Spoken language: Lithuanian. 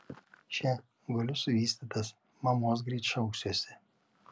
še guliu suvystytas mamos greit šauksiuosi